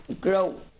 grow